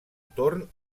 torn